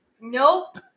nope